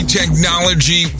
technology